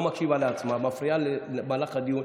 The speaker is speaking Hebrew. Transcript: לא מקשיבה לעצמה ומפריעה למהלך הדיון.